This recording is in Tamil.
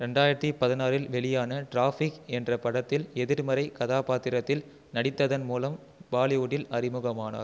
ரெண்டாயிரத்தி பதினாறில் வெளியான டிராஃபிக் என்ற படத்தில் எதிர்மறை கதாபாத்திரத்தில் நடித்ததன் மூலம் பாலிவுட்டில் அறிமுகமானார்